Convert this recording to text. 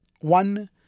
one